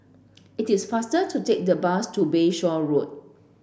it is faster to take the bus to Bayshore Road